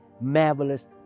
marvelous